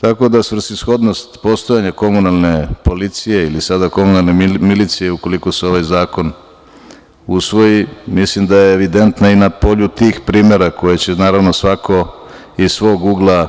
Tako da, svrsishodnost postojanja komunalne policije, ili sada komunalne milicije, ukoliko se ovaj zakon usvoji, mislim da je evidentna i na polju tih primera koje će, naravno, svako iz svog ugla